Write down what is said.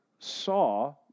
saw